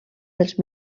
dels